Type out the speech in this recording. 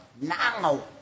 now